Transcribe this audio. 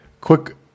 Quick